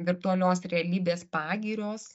virtualios realybės pagirios